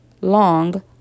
Long